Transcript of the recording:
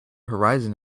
horizon